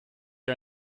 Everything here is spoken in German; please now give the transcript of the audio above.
wie